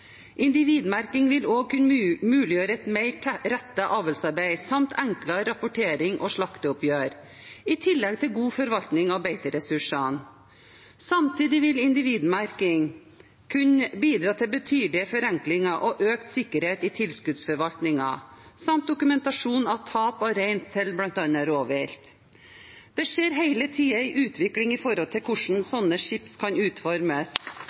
Individmerking vil også kunne muliggjøre et mer rettet avlsarbeid samt enklere rapportering og slakteoppgjør i tillegg til god forvaltning av beiteressursene. Samtidig vil individmerking kunne bidra til betydelige forenklinger og økt sikkerhet i tilskuddsforvaltningen samt dokumentasjon av tap av rein til bl.a. rovvilt. Det skjer hele tiden en utvikling med hensyn til hvordan slike chips kan utformes,